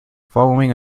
following